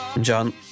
John